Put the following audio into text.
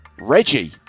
Reggie